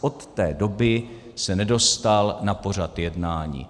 Od té doby se nedostal na pořad jednání.